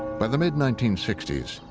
by the mid nineteen sixty s,